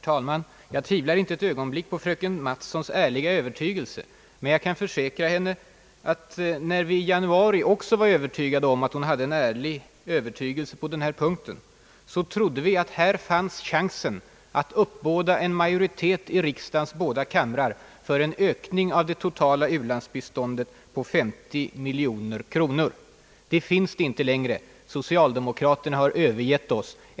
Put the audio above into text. Herr talman! Jag tvivlar inte på fröken Mattsons ärliga övertygelse. Men jag kan försäkra henne att när vi i januari var förvissade just om hennes ärliga övertygelse på denna punkt, trodde vi att det här fanns en chans att uppbåda en majoritet i riksdagens bägge kamrar för en ökning av det totala u-landsbiståndet med 50 miljoner kronor. Den chansen finns inte längre. Socialdemokraterna har övergett oss.